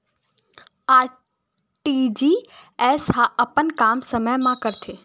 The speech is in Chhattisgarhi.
आर.टी.जी.एस ह अपन काम समय मा करथे?